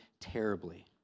terribly